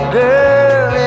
girl